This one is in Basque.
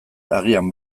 agian